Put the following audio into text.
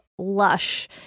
lush